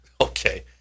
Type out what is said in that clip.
Okay